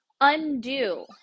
undo